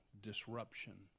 disruption